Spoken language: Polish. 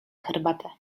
herbatę